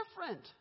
different